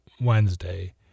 Wednesday